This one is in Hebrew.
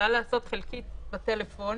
שיכולה להיעשות חלקית בטלפון,